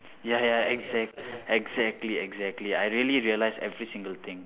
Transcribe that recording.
ya ya exact exactly exactly I really realise every single thing